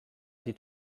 die